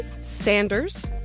Sanders